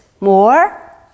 more